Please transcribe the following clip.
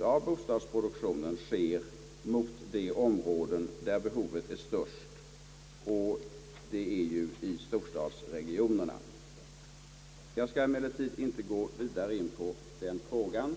av bostadsproduktionen sker mot det område där behovet är störst, d. v. s. storstadsregionerna. Jag skall emellertid inte gå vidare in på den frågan.